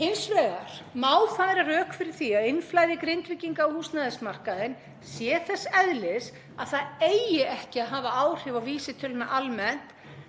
Hins vegar má færa rök fyrir því að innflæði Grindvíkinga á húsnæðismarkaðinn sé þess eðlis að það eigi ekki að hafa áhrif á vísitöluna almennt,